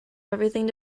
everything